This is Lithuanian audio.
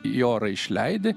į orą išleidi